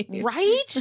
Right